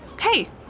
Hey